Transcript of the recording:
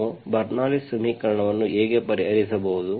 ನಾವು ಬರ್ನೌಲ್ಲಿಸ್bernoullis ಸಮೀಕರಣವನ್ನು ಹೇಗೆ ಪರಿಹರಿಸಬಹುದು